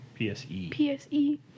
PSE